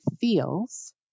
feels